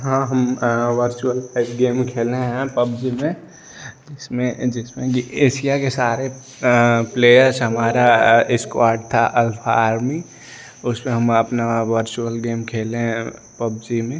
हाँ हम virtual game खेलें हैं पबजी में जिसमें जिसमें कि एसिया के सारे प्लेयर्स हमारा इस्क्वाड था अल्फ़ा आर्मी उस पर हम अपना वर्चुअल गेम खेलें हैं पबजी में